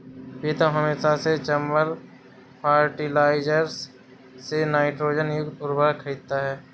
प्रीतम हमेशा से चंबल फर्टिलाइजर्स से नाइट्रोजन युक्त उर्वरक खरीदता हैं